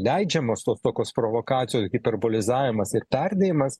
leidžiamos tos tokios provokacijos hiperbolizavimas ir perdėjimas